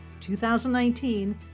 2019